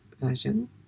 version